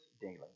daily